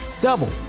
double